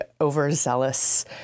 overzealous